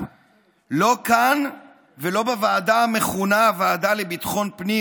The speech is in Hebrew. לא כאן ולא בוועדה המכונה הוועדה לביטחון הפנים,